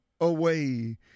away